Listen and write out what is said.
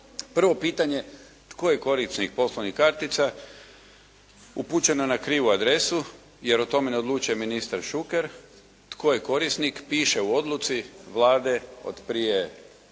Prvo pitanje tko je korisnik poslovnih kartica upućeno na krivu adresu, jer o tome ne odlučuje ministar Šuker. Tko je korisnik? Piše u odluci Vlade od prije 6,